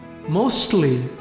mostly